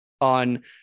on